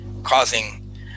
causing